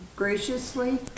graciously